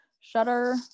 shutter